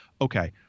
okay